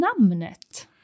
namnet